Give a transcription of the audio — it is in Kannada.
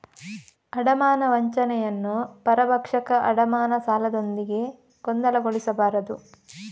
ಅಡಮಾನ ವಂಚನೆಯನ್ನು ಪರಭಕ್ಷಕ ಅಡಮಾನ ಸಾಲದೊಂದಿಗೆ ಗೊಂದಲಗೊಳಿಸಬಾರದು